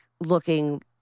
looking